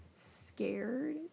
scared